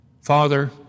Father